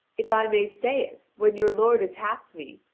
if i may say it, when your lord attacked me,